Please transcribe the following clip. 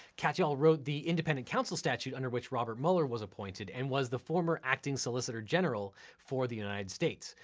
katyal wrote the independent council statute under which robert mueller was appointed and was the former acting solicitor general for the united states.